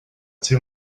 too